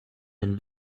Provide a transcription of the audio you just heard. denn